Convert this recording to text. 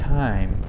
time